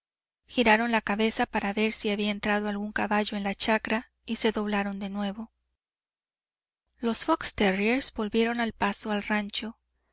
giraron la cabeza para ver si había entrado algún caballo en la chacra y se doblaron de nuevo los fox terriers volvieron al paso al rancho